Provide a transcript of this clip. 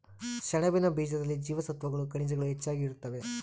ಸೆಣಬಿನ ಬೀಜದಲ್ಲಿ ಜೀವಸತ್ವಗಳು ಖನಿಜಗಳು ಹೆಚ್ಚಾಗಿ ಇರುತ್ತವೆ